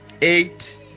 Eight